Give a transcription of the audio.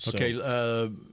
Okay